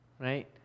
right